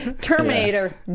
Terminator